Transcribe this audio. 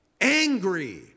angry